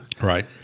Right